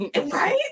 Right